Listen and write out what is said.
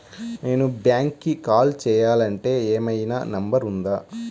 నేను బ్యాంక్కి కాల్ చేయాలంటే ఏమయినా నంబర్ ఉందా?